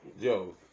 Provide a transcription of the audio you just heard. yo